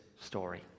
story